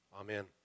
Amen